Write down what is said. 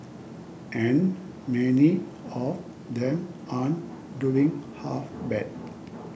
and many of them aren't doing half bad